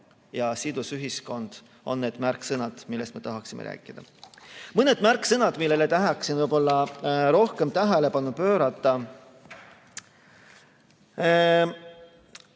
ja sidus ühiskond on need märksõnad, millest me tahaksime rääkida. Mõned märksõnad, millele tahan võib-olla rohkem tähelepanu pöörata.